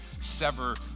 sever